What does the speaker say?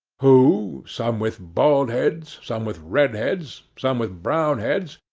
who, some with bald heads, some with red heads, some with brown heads,